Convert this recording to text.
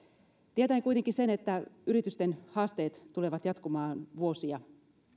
tietäen kuitenkin sen että yritysten haasteet tulevat jatkumaan vuosia